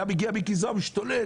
היה מגיע מיקי זוהר, משתולל.